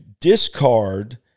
discard